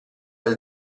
del